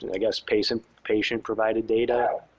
and i guess, patient patient provided data